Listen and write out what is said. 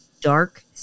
dark